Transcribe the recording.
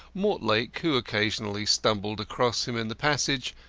mortlake, who occasionally stumbled across him in the passage,